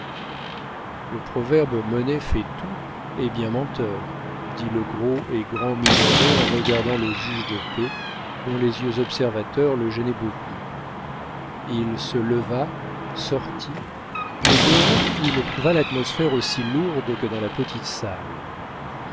le proverbe monnaie fait tout est bien menteur dit le gros et grand minoret en regardant le juge de paix dont les yeux observateurs le gênaient beaucoup il se leva sortit mais dehors il trouva l'atmosphère aussi lourde que dans la petite salle